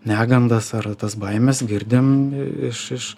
negandas ar tas baimes girdim iš iš